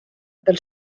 del